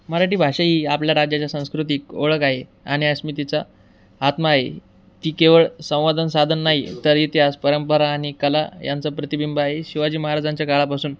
मराठी भाषा ही आपल्या राज्याच्या सांस्कृतिक ओळख आहे आणि अस्मितेचा आत्मा आहे ती केवळ संवादन साधन नाही तर इतिहास परंपरा आणि कला यांचा प्रतिबिंब आहे शिवाजी महाराजांच्या काळापासून